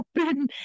open